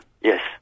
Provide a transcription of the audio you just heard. yes